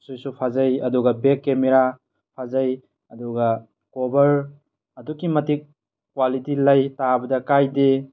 ꯗꯨꯁꯨ ꯐꯖꯩ ꯑꯗꯨꯒ ꯕꯦꯛ ꯀꯦꯃꯦꯔꯥ ꯐꯖꯩ ꯑꯗꯨꯒ ꯀꯣꯕ꯭ꯔ ꯑꯗꯨꯛꯀꯤ ꯃꯇꯤꯛ ꯀ꯭ꯋꯥꯂꯤꯇꯤ ꯂꯩ ꯇꯥꯕꯗ ꯀꯥꯏꯗꯦ